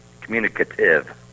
communicative